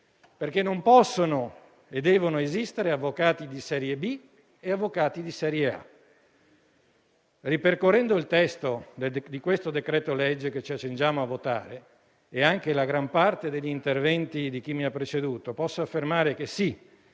perché non possono e non devono esistere avvocati di serie B e avvocati di serie A. Ripercorrendo il testo del decreto-legge che ci accingiamo a votare e anche la gran parte degli interventi di chi mi ha preceduto, posso affermare che sì,